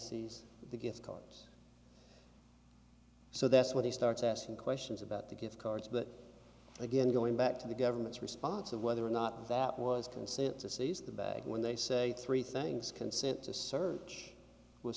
sees the gift cards so that's when he starts asking questions about the gift cards but again going back to the government's response of whether or not that was consent to seize the bag when they say three things consent to search was